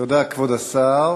תודה, כבוד השר.